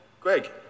Greg